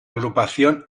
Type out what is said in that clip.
agrupación